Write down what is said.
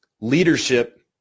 Leadership